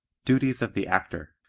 duties of the actor